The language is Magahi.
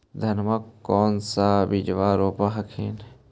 धनमा कौन सा बिजबा रोप हखिन?